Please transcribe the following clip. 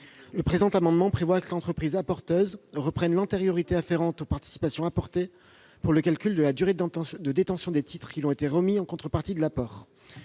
Le présent amendement prévoit que l'entreprise apporteuse reprenne l'antériorité afférente aux participations apportées pour le calcul de la durée de détention des titres qui lui ont été remis en contrepartie de l'apport.